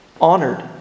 Honored